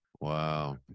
wow